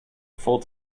full